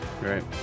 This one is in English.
right